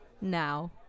now